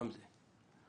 גם זה.